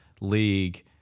league